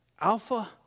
Alpha